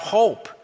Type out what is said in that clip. hope